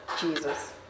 Jesus